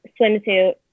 swimsuit